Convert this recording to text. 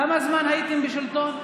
כמה זמן הייתם בשלטון?